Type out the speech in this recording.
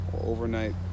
Overnight